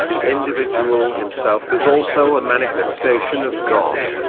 the individual himself is also a manifestation of god.